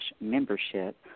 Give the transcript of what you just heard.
membership